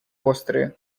острые